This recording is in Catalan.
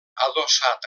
adossat